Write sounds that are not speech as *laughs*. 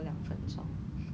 um *laughs*